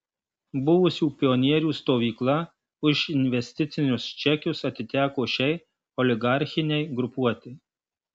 buvusių pionierių stovykla už investicinius čekius atiteko šiai oligarchinei grupuotei